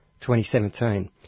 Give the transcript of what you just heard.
2017